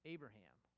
Abraham